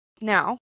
Now